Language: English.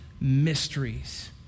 mysteries